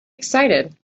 excited